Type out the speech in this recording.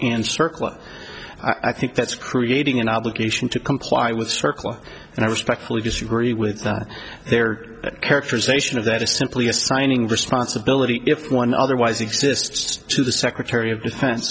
circle i think that's creating an obligation to comply with circle and i respectfully disagree with their characterization of that or simply assigning responsibility if one otherwise exists to the secretary of defense